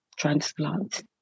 Transplant